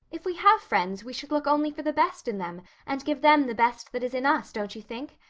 if we have friends we should look only for the best in them and give them the best that is in us, don't you think?